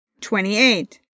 Twenty-eight